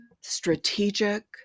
strategic